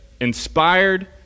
inspired